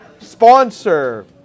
sponsor